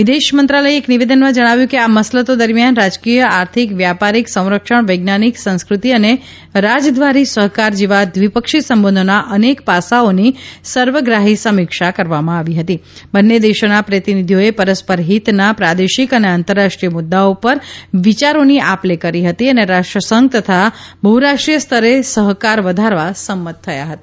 વિદેશ મંત્રાલયે એક નિવેદનમાં જણાવ્યું કે આ મસલતો દરમિયાન રાજકીય આર્થિક વ્યાપારિક સંરક્ષણ વૈજ્ઞાનિક સંસ્કૃતિ અને રાજદ્વારી સહકાર જેવા દ્વિપક્ષી સંબંધોના અનેક પાસાઓની સર્વગ્રાહી સમીક્ષા કરવામાં આવી હતી બંન્ને દેશોના પ્રતિનિધિઓએ પરસ્પર હિતના પ્રાદેશિક અને આંતરરાષ્ટ્રીય મુદ્દાઓ પર વિયારોની આપ લે કરી હતી અને રાષ્ટ્રસંઘ તથા બહુરાષ્ટ્રીય સ્તરે સહકાર વધારવા સંમત થયા હતા